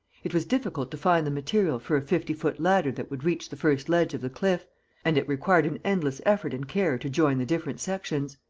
it was difficult to find the material for a fifty-foot ladder that would reach the first ledge of the cliff and it required an endless effort and care to join the different sections.